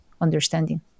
understanding